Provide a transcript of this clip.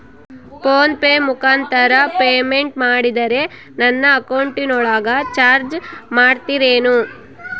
Phone pay ಮುಖಾಂತರ payment ಮಾಡಿದರೆ ನನ್ನ ಅಕೌಂಟಿನೊಳಗ ಚಾರ್ಜ್ ಮಾಡ್ತಿರೇನು?